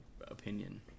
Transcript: opinion